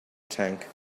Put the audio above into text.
tank